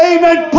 Amen